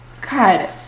God